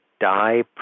die